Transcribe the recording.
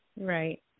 Right